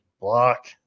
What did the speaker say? block